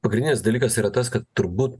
pagrindinis dalykas yra tas kad turbūt